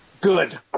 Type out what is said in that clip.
Good